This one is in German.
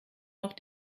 noch